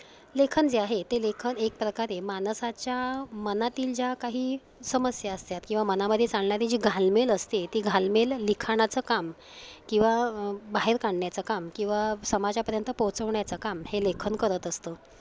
लेखन जे आहे ते लेखन एक प्रकारे माणसाच्या मनातील ज्या काही समस्या असतात किंवा मनामध्ये चालणारी जी घालमेल असते ती घालमेल लिखाणाचं काम किंवा बाहेर काढण्याचं काम किंवा समाजापर्यंत पोहोचवण्याचं काम हे लेखन करत असतं